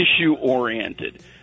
issue-oriented